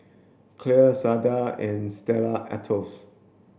Clear Sadia and Stella Artois